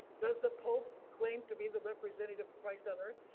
does the pope claim to be the representative of christ on earth?